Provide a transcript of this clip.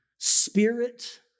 spirit